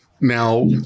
Now